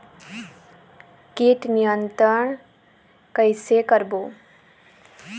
कीट नियंत्रण कइसे करबो?